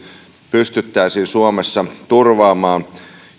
pystyttäisiin suomessa turvaamaan